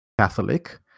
Catholic